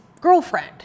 girlfriend